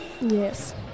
Yes